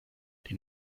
die